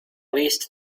least